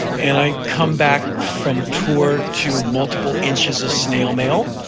and i come back from tour to multiple inches of snail mail.